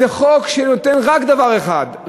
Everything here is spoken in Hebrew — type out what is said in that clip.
זה חוק שנותן רק דבר אחד,